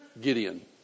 Gideon